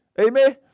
Amen